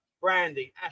Brandy